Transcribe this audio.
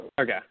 Okay